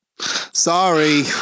Sorry